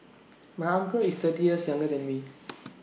my uncle is thirty years younger than me